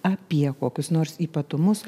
apie kokius nors ypatumus